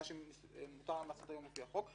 במה שמותר להם לעשות היום לפי החוק,